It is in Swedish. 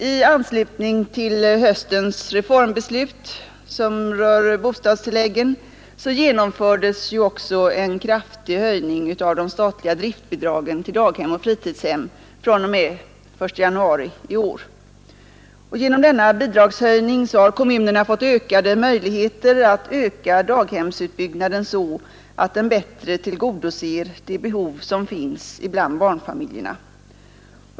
I anslutning till höstens reformbeslut om bostadstilläggen genomfördes också en kraftig höjning av de statliga driftbidragen till daghem och fritidshem fr.o.m. den 1 januari i år. Genom denna bidragshöjning har kommunerna fått större möjligheter att öka daghemsutbyggnaden så att den bättre tillgodoser de behov som finns bland barnfamiljerna.